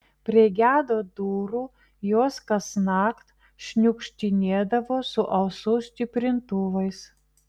prie gedo durų jos kasnakt šniukštinėdavo su ausų stiprintuvais